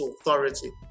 authority